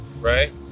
right